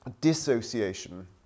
Dissociation